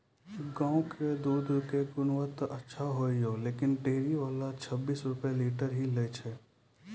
गांव के दूध के गुणवत्ता अच्छा होय या लेकिन डेयरी वाला छब्बीस रुपिया लीटर ही लेय छै?